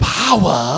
power